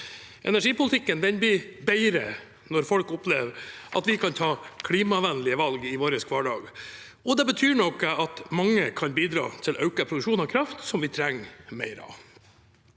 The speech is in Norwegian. Energipolitikken blir bedre når folk opplever at de kan ta klimavennlige valg i sin hverdag. Det betyr noe at mange kan bidra til økt produksjon av kraft, som vi trenger mer av.